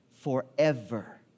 forever